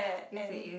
yes it is